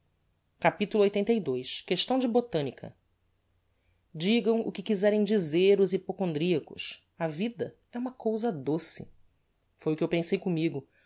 capitulo lxxxii questão de botanica digam o que quizerem dizer os hypocondriacos a vida é uma cousa doce foi o que eu pensei commigo